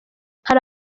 hari